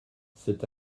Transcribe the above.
cet